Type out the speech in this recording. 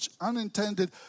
unintended